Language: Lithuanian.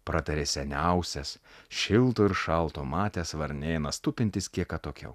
pratarė seniausias šilto ir šalto matęs varnėnas tupintis kiek atokiau